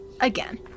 Again